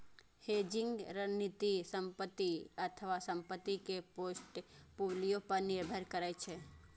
hedging रणनीति संपत्ति अथवा संपत्ति के पोर्टफोलियो पर निर्भर करै छै